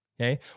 Okay